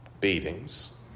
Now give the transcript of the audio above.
beatings